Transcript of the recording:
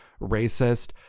racist